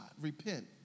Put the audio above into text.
Repent